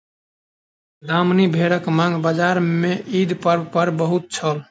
दामनी भेड़क मांग बजार में ईद पर्व पर बहुत छल